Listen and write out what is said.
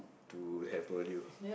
to have known you